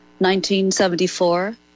1974